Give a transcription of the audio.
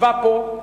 ישבה פה,